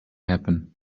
happen